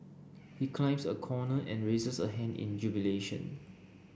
he climbs a corner and raises a hand in jubilation